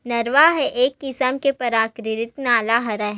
नरूवा ह एक किसम के पराकिरितिक नाला हरय